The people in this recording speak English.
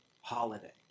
holiday